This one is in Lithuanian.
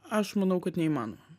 aš manau kad neįmanoma